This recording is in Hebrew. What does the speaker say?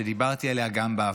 שדיברתי עליה גם בעבר.